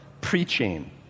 preaching